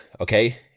Okay